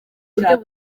buryo